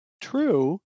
true